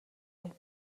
байна